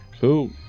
Cool